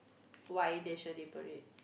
why National Day Parade